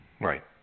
right